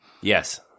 Yes